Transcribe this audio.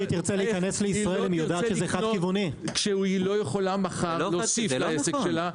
היא לא תרצה לקנות כשהיא לא יכולה מחר להוסיף לעסק שלה,